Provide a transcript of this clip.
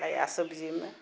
नया सब्जीमे